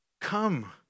Come